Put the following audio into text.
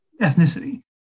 ethnicity